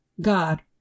God